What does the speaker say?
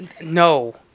No